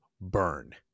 burn